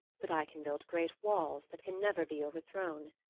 but i can build great walls that can never be overthrown.